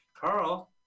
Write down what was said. Carl